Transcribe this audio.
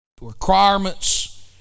requirements